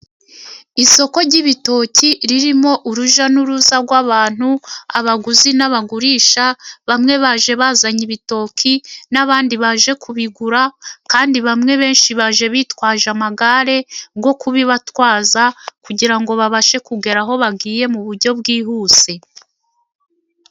Isoko ry'ibitoki ririmo urujya n'uruza rw'abantu, abaguzi n'abagurisha, bamwe baje bazanye ibitoki n'abandi baje kubigura, kandi bamwe benshi baje bitwaje amagare yo kubibatwaza, kugira ngo babashe kugera aho bagiye mu buryo bwihuse.